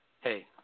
Hey